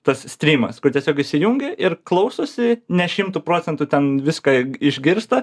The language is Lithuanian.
tas strymas kur tiesiog įsijungi ir klausosi ne šimtu procentų ten viską išgirsta